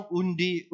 undi